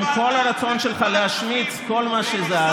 עם כל הרצון שלך להשמיץ כל מה שזז,